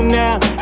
now